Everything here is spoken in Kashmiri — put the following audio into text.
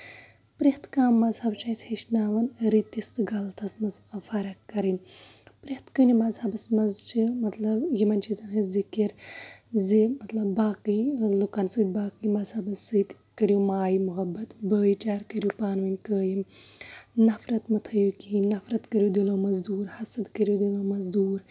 پرٛٮ۪تھ کانہہ مَزہب چھُ اسہِ ہیٚچھناوان رٔتِس تہٕ غلطس منٛز فرق کَرٕنۍ پرٮ۪تھ کُنہِ مَزہبَس منٛز چھِ مطلب یِمن چیٖزَن ہٕنز ذِکر زِ مطلب باقٕے لُکَن سۭتۍ باقین مَزہبَن سۭتۍ کٔرِو ماے مُحبت بٲے چارٕ کٔرِو پانہٕ ؤنۍ قٲیِم نَفرت مہ تھٲیو کِہیٖنۍ نَفرت کٔرِو دِلو منٛز دوٗر حسد کٔرِو دِلو منٛز دوٗر